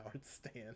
stand